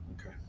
Okay